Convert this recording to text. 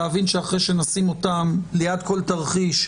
להבין שאחרי שנשים אותם ליד כל תרחיש,